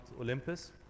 Olympus